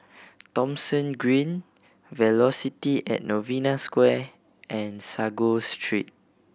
Thomson Green Velocity at Novena Square and Sago Street